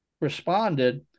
responded